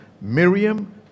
Miriam